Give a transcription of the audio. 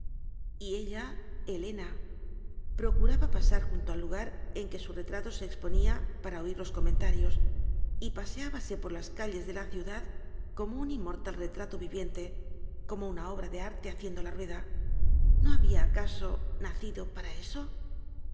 decían y ella helena procuraba pasar junto al lugar en que su retrato se exponía para oir los comentarios y paseábase por las calles de la ciudad como un inmortal retrato viviente como una obra de arte haciepdo la rueda no había acaso nacido para eso